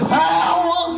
power